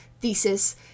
thesis